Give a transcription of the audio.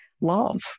Love